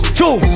two